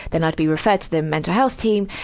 then i'd be referred to the mental health team.